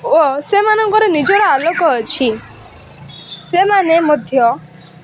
ଓ ସେମାନଙ୍କର ନିଜର ଆଲୋକ ଅଛି ସେମାନେ ମଧ୍ୟ